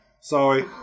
Sorry